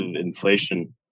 inflation